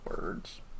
words